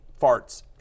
farts